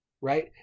Right